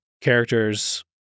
characters